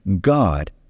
God